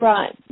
Right